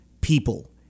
people